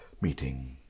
meeting